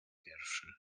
pierwszy